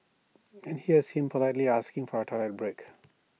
and here's him politely asking for A toilet break